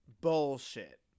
bullshit